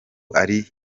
ari